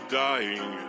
dying